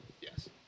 Yes